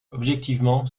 objectivement